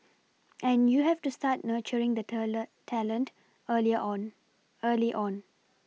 and you have to start nurturing the teller the talent early on early on